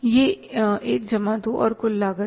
यह एक जमा दो और कुल लागत है